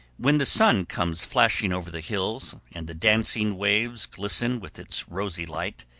when the sun comes flashing over the hills, and the dancing waves glisten with its rosy light,